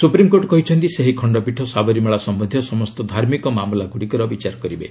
supreme court କହିଛନ୍ତି ସେହି ଖଶ୍ଚପୀଠ ସାବରୀମାଳା ସମ୍ଭନ୍ଧୀୟ ସମସ୍ତ ଧାର୍ମିକ ମାମଲାଗୁଡ଼ିକର ବିଚାର କରିବେ